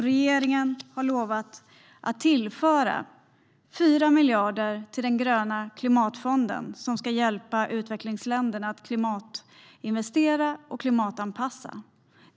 Regeringen har lovat att tillföra 4 miljarder till den gröna klimatfonden som ska hjälpa utvecklingsländerna att klimatinvestera och klimatanpassa.